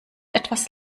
etwas